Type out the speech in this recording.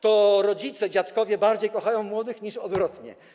To rodzice, dziadkowie bardziej kochają młodych niż odwrotnie.